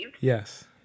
Yes